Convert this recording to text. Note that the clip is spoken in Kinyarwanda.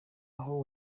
aho